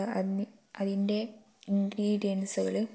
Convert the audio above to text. അതിന് അതിൻ്റെ ഇൻഗ്രീഡിയൻസുകൾ